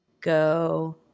go